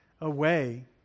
away